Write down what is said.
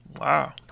Wow